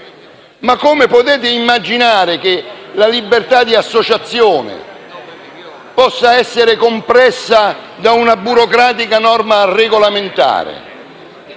Come potete immaginare che la libertà di associazione possa essere compressa da una burocratica norma regolamentare?